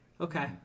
Okay